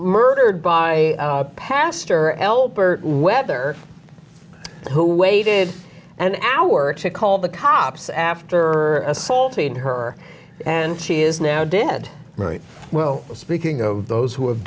murdered by pastor elbert whether who waited an hour to call the cops after assaulting her and she is now dead right well speaking of those who have